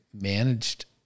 managed